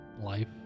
life